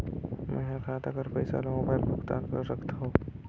मैं ह खाता कर पईसा ला मोबाइल भुगतान कर सकथव?